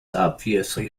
obviously